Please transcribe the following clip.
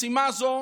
משימה זו